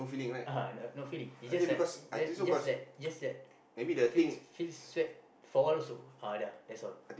(uh huh) no feeling he just like just like just like feel feel sweat for a while also uh dah that's all